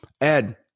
ed